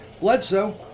Bledsoe